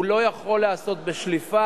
הוא לא יכול להיעשות בשליפה,